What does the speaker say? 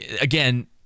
Again